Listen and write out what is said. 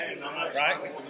right